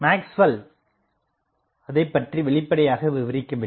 Maxwell அதைப்பற்றி வெளிப்படையாக விவரிக்கவில்லை